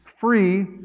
free